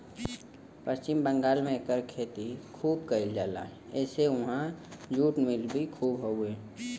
पश्चिम बंगाल में एकर खेती खूब कइल जाला एसे उहाँ जुट मिल भी खूब हउवे